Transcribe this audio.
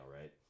right